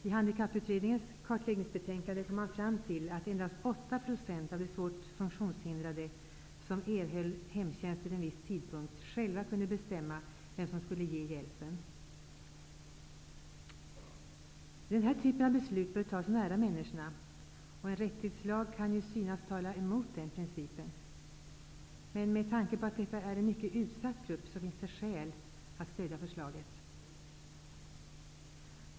I Handikapputredningens kartläggningsbetänkande kom man fram till att endast 8 % av de svårt funktionshindrade som erhöll hemtjänst vid en viss tidpunkt själva kunde bestämma vem som skulle ge hjälpen. Denna typ av beslut bör tas nära människorna. En rättighetslag kan ju synas tala emot den principen. Men med tanke på att detta är en mycket utsatt grupp finns det skäl att stödja förslaget.